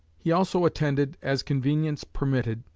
he also attended, as convenience permitted,